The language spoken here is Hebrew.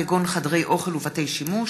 כגון חדרי אוכל ובתי שימוש,